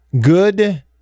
good